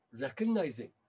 recognizing